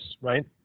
right